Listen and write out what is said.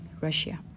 Russia